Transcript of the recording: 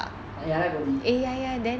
ya ya I heard go breed